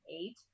eight